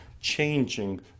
changing